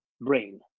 brain